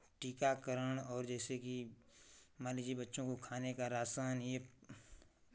टीकाकरण और जैसे कि मान लीजिए बच्चों का खाने का राशन ये